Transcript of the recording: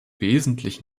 wesentlich